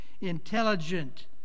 intelligent